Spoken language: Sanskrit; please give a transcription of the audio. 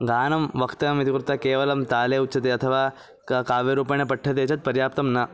गानं वक्तव्यम् इति कृत्वा केवलं ताले उच्यते अथवा क काव्यरूपेण पठ्यते चेत् पर्याप्तं न